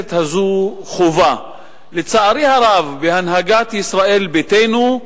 שהכנסת הזאת חווה, לצערי הרב, בהנהגת ישראל ביתנו.